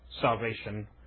salvation